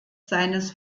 seines